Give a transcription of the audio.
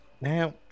Now